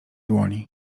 dłoni